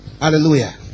Hallelujah